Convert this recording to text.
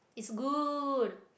it's good